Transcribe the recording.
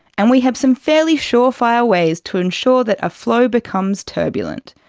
and we have some fairly sure-fire ways to ensure that a flow becomes turbulent.